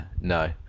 No